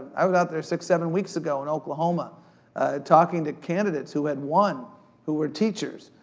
i was out there six, seven weeks ago in oklahoma talking to candidates who had won who were teachers.